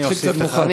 התחיל קצת מאוחר.